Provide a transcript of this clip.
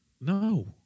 No